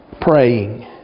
praying